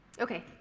Okay